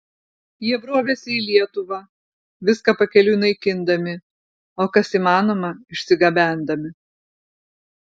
jie brovėsi į lietuvą viską pakeliui naikindami o kas įmanoma išsigabendami